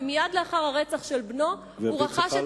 ומייד לאחר הרצח של בנו הוא רכש את,